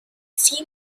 seen